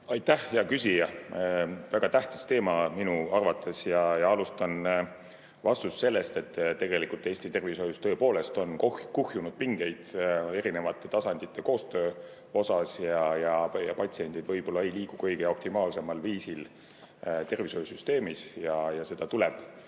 Aitäh, hea küsija! Väga tähtis teema minu arvates. Alustan vastamist sellest, et tegelikult Eesti tervishoius tõepoolest on kuhjunud pingeid erinevate tasandite koostöö osas ja patsiendid ei liigu kõige optimaalsemal viisil tervishoiusüsteemis ja seda tuleb